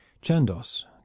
chandos